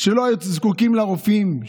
שלא זקוקים לרופאים,